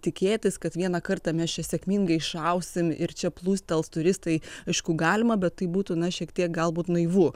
tikėtis kad vieną kartą mes čia sėkmingai šausim ir čia plūstels turistai aišku galima bet tai būtų na šiek tiek galbūt naivu